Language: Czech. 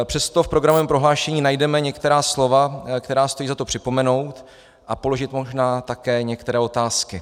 Přesto v programovém prohlášení najdeme některá slova, která stojí za to připomenout, a položit možná také některé otázky.